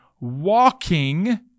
walking